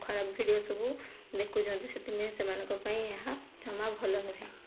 ଖରାପ ଭିଡ଼ିଓ ସବୁ ଦେଖୁଛନ୍ତି ସେଥିପାଇଁ ସେମାନଙ୍କ ପାଇଁ ଏହା ଜମା ଭଲ ନୁହେଁ